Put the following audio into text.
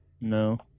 No